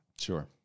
Sure